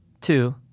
two